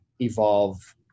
Evolve